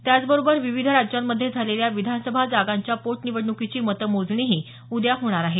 त्याचबरोबर विविध राज्यांमध्ये झालेल्या विधानसभा जागांच्या पोटनिवडणुकीची मतमोजणीही उद्या होणार आहे